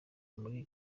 muri